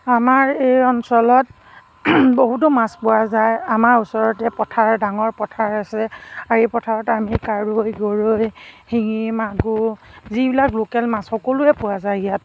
আমাৰ এই অঞ্চলত বহুতো মাছ পোৱা যায় আমাৰ ওচৰতে পথাৰ ডাঙৰ পথাৰ আছে এই পথাৰত আমি কাৱৈ গৰৈ শিঙি মাগুৰ যিবিলাক লোকেল মাছ সকলোৱে পোৱা যায় ইয়াত